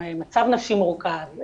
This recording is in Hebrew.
מצב נפשי מורכב,